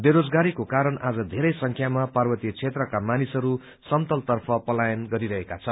बेरोजगारीको कारण आज बेरै संख्यामा पार्वतीय क्षेत्रका मानिसहरू समतल तर्फ पलायन गरिरहेका छन्